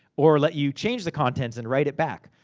or, let you change the contents, and write it back.